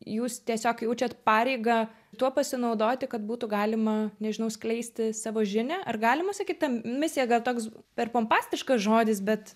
jūs tiesiog jaučiat pareigą tuo pasinaudoti kad būtų galima nežinau skleisti savo žinią ar galima sakyt ta misija gal toks per pompastiškas žodis bet